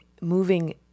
moving